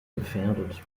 gefährdet